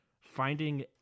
Finding